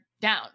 down